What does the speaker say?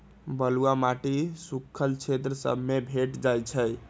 बलुआ माटी सुख्खल क्षेत्र सभ में भेंट जाइ छइ